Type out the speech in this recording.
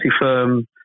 firm